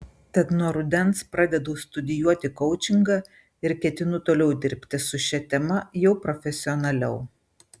tad nuo rudens pradedu studijuoti koučingą ir ketinu toliau dirbti su šia tema jau profesionaliau